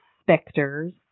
specters